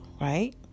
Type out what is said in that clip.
right